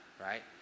right